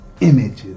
images